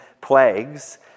plagues